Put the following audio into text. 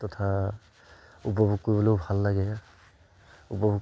তথা উপভোগ কৰিবলৈয়ো ভাল লাগে উপভোগ